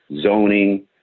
zoning